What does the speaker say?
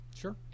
Sure